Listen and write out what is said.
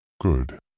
Good